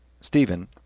Stephen